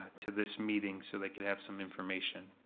to this meeting, so they could have some information.